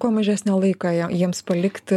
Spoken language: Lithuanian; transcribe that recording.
kuo mažesnį laiką jiems palikti